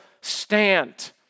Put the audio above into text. stand